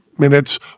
minutes